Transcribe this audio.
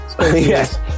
yes